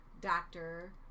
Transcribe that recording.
doctor